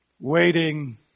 Waiting